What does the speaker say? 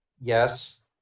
Yes